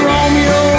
Romeo